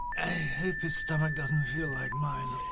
i hope his stomach doesn't feel like mine,